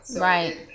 right